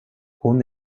hon